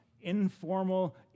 informal